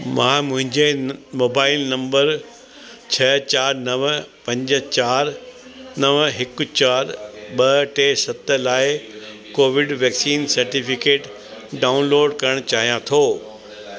मां मुंहिंजे mobile number छह चारि नव पंज चारि नव हिकु चारि ॿ टे सत लाइ कोविड वैक्सीन सर्टिफिकेट डाउनलोड करणु चाहियां थो